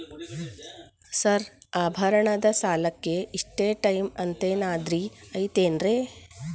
Sir ಆಭರಣದ ಸಾಲಕ್ಕೆ ಇಷ್ಟೇ ಟೈಮ್ ಅಂತೆನಾದ್ರಿ ಐತೇನ್ರೇ?